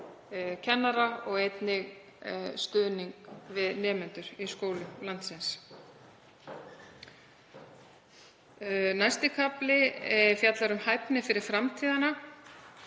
kennara og einnig stuðning við nemendur í skólum landsins. Næsti kafli fjallar um hæfni fyrir framtíðina